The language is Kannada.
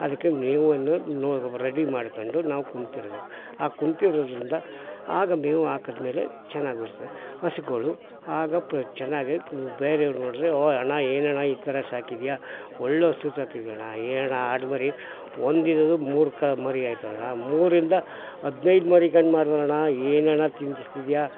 ಅದಕ್ಕೆ ಮೇವು ಅನ್ನು ರೆಡಿ ಮಾಡ್ಕೊಂಡು ನಾವು ಕೂತಿರ್ಬೇಕ್ ಆ ಕೂತಿರೊದ್ರಿಂದ ಆಗ ಮೇವು ಹಾಕಿದ್ಮೇಲೆ ಚೆನ್ನಾಗಿ ಬರುತ್ತೆ ಹಸುಗಳು ಆಗ ಪ್ರ ಚೆನ್ನಾಗೆ ಬೇರೆಯವ್ರು ನೋಡ್ರೆ ಓ ಅಣ್ಣ ಏನಣ್ಣ ಈ ಥರ ಸಾಕಿದೀಯಾ ಒಳ್ಳೆಯ ಹಸು ಸಾಕಿದ್ಯಣ್ಣ ಏನಣ್ಣ ಆಡುಮರಿ ಒಂದಿದಿದ್ದು ಮೂರು ಕ ಮರಿ ಆಯ್ತಲಣ್ಣ ಮೂರರಿಂದ ಹದಿನೈದು ಮರಿಗಳು ಮಾಡಿದ್ಯಲಣ್ಣ ಏನಣ್ಣ ತಿನ್ನಿಸ್ತಿದ್ಯಾ